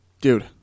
Dude